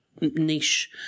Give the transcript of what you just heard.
niche